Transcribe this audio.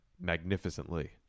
magnificently